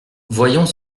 voyons